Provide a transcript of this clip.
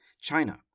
China